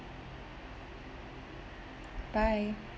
bye